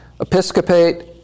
Episcopate